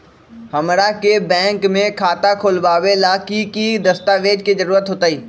हमरा के बैंक में खाता खोलबाबे ला की की दस्तावेज के जरूरत होतई?